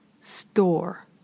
store